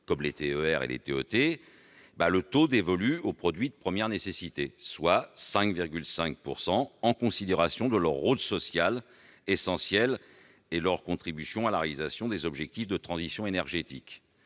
comme les TER et les TET, le taux dévolu aux produits de première nécessité, soit 5,5 %, en considération de leur rôle social essentiel et de leur contribution à la réalisation des objectifs de transition énergétique.